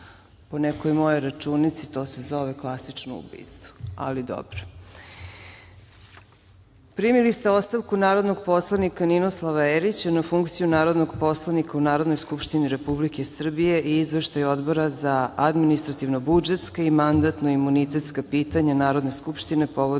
Po nekoj mojoj računici, to se zove klasično ubistvo. Ali, dobro. Primili ste ostavku narodnog poslanika Ninoslava Erića na funkciju narodnog poslanika u Narodnoj skupštini Republike Srbije i Izveštaj Odbora za administrativno-budžetska i mandatno-imunitetska pitanja Narodne skupštine povodom